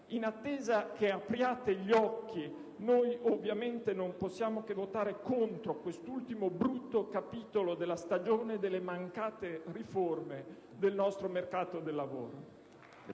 In attesa che apriate gli occhi noi, ovviamente, non possiamo che votare contro questo ultimo brutto capitolo della stagione delle mancate riforme del nostro mercato del lavoro.